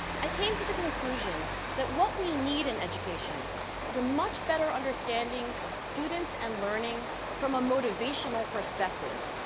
i came to the conclusion that what we need in education is a much better understanding of students and learning from a motivational perspective,